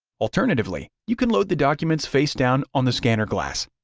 alternatively, you can load the documents face down on the scanner glass.